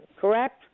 correct